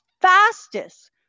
fastest